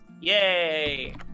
Yay